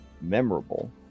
Memorable